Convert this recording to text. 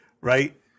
Right